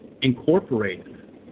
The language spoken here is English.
incorporated